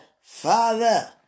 Father